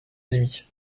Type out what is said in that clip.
ennemie